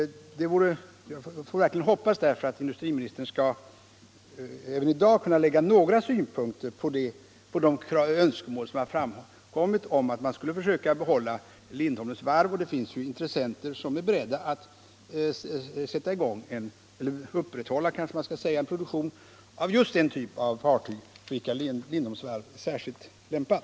Jag får därför verkligen hoppas att industriministern även i dag skall kunna anlägga några synpunkter på de önskemål som framkommit om att man skall försöka bibehålla Lindholmens varv. Det finns intressenter som är beredda att upprätthålla en produktion av just den fartygstyp för vilken Lindholmens varv är särskilt lämpad.